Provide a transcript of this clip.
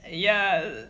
yeah